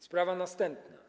Sprawa następna.